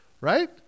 Right